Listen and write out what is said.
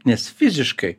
nes fiziškai